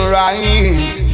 right